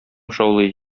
шаулый